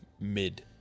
Mid